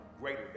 greater